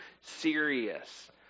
serious